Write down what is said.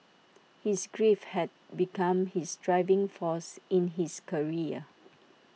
his grief had become his driving force in his career